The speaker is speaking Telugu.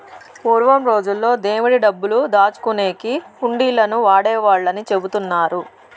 పూర్వం రోజుల్లో దేవుడి డబ్బులు దాచుకునేకి హుండీలను వాడేవాళ్ళని చెబుతున్నారు